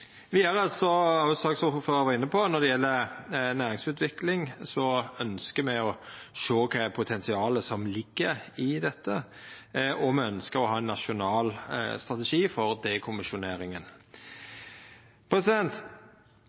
Vidare, som saksordføraren var inne på: Når det gjeld næringsutvikling, ynskjer me å sjå kva som er potensialet som ligg i dette, og me ynskjer å ha ein nasjonal strategi for dekommisjoneringa.